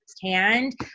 firsthand